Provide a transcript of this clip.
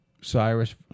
Cyrus